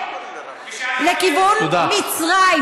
עזה היא היציאה לכיוון מצרים.